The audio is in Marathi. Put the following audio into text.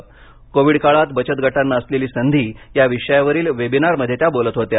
कोविड काळात बचत गटांना असलेली संधी या विषयावरील वेबिनार मध्ये त्या बोलत होत्या